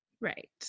Right